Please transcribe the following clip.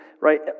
Right